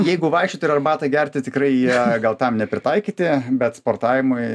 jeigu vaikščioti ir arbatą gerti tikrai jie gal tam nepritaikyti bet sportavimui